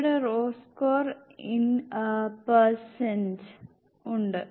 ഇവിടെ raw score in percent ഉണ്ട്